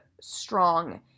strong